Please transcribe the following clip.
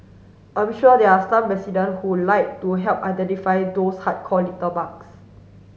I'm sure there are some resident who like to help identify those hardcore litterbugs